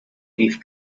leaf